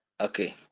okay